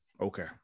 Okay